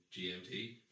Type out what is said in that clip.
GMT